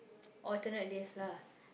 alternate days lah